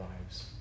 lives